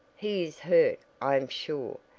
he is hurt, i am sure,